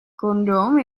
kondom